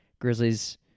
Grizzlies